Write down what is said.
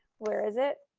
where is it?